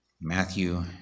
Matthew